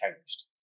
changed